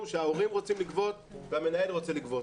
שההורים רוצים לגבות והמנהל רוצה לגבות.